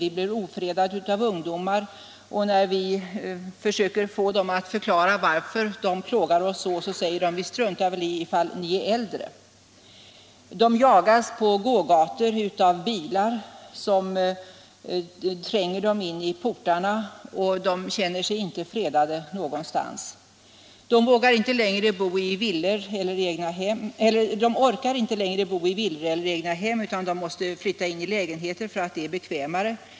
Vi blir ofredade av ungdomar, och när vi försöker få dem att förklara varför de plågar oss så säger de: Vi struntar väl i ifall ni är äldre. De jagas, skriver de vidare, på gågator av bilar som tränger dem in i portarna, och de känner sig inte fredade någonstans. De orkar inte längre bo i villor eller egnahem utan måste flytta in i lägenheter, eftersom det är bekvämare.